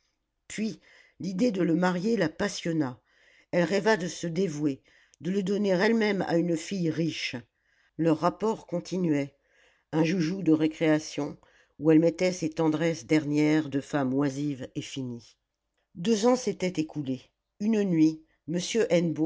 puis l'idée de le marier la passionna elle rêva de se dévouer de le donner elle-même à une fille riche leurs rapports continuaient un joujou de récréation où elle mettait ses tendresses dernières de femme oisive et finie deux ans s'étaient écoulés une nuit m